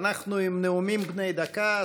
אנחנו עם נאומים בני דקה,